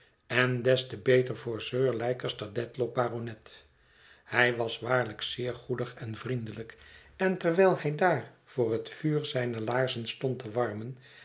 en des te beter voor sir leicester dedlock baronet hij was waarlijk zeer goedig en vriendelijk en terwijl hij daar voor het vuur zijne laarzen stond te warmen